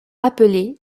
appelé